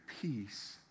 peace